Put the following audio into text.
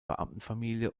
beamtenfamilie